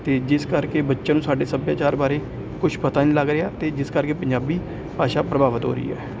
ਅਤੇ ਜਿਸ ਕਰਕੇ ਬੱਚਿਆਂ ਨੂੰ ਸਾਡੇ ਸੱਭਿਆਚਾਰ ਬਾਰੇ ਕੁਛ ਪਤਾ ਹੀ ਨਹੀਂ ਲੱਗ ਰਿਹਾ ਅਤੇ ਜਿਸ ਕਰਕੇ ਪੰਜਾਬੀ ਭਾਸ਼ਾ ਪ੍ਰਭਾਵਿਤ ਹੋ ਰਹੀ ਹੈ